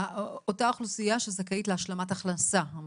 אותה אוכלוסייה שזכאית להשלמת הכנסה.